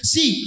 See